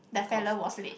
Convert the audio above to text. that fella was late